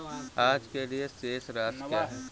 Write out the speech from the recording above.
आज के लिए शेष राशि क्या है?